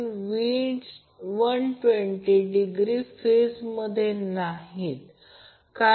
त्याचप्रमाणे ICA ला IAB 120o मिळेल त्यामुळे 13